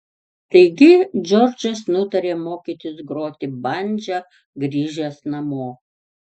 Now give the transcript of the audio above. taigi džordžas nutarė mokytis groti bandža grįžęs namo